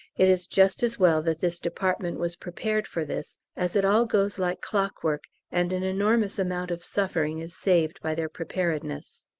it is just as well that this department was prepared for this, as it all goes like clockwork and an enormous amount of suffering is saved by their preparedness.